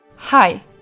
Hi